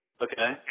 Okay